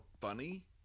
funny